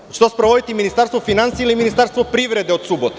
Hoće li to sprovoditi ministarstvo finansija ili ministarstvo privrede od subote?